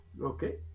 Okay